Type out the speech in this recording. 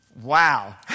Wow